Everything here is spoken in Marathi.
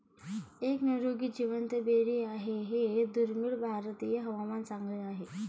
एक निरोगी जिवंत बेरी आहे हे दुर्मिळ भारतीय हवामान चांगले आहे